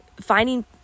finding